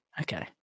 Okay